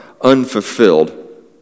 unfulfilled